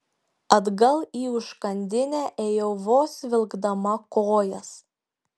atgal į užkandinę ėjau vos vilkdama kojas